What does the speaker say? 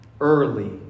Early